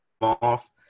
off